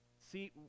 See